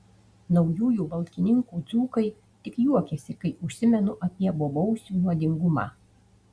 naujųjų valkininkų dzūkai tik juokiasi kai užsimenu apie bobausių nuodingumą